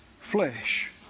flesh